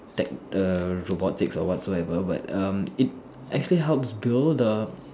tech~ err robotics or whatsoever but um it actually helps build a